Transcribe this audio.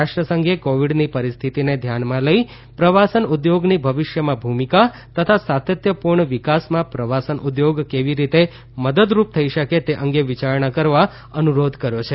રાષ્ટ્રસંઘે કોવિડની પરિસ્થિતિને ધ્યાનમાં લઇ પ્રવાસન ઉદ્યોગની ભવિષ્યમાં ભૂમિકા તથા સાતત્યપૂર્ણ વિકાસમાં પ્રવાસન ઉદ્યોગ કેવી રીતે મદદરૂપ થઇ શકે તે અંગે વિચારણા કરવા અનુરોધ કર્યો છે